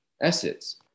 assets